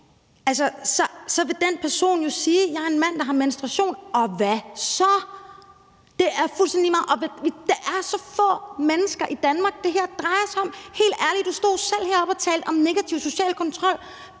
og så vil den person jo sige: Jeg er en mand, der har menstruation. Og hvad så? Det er fuldstændig lige meget, og det er så få mennesker i Danmark, det her drejer sig om. Helt ærligt, du stod selv heroppe og talte om negativ social kontrol.